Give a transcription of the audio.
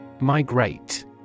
Migrate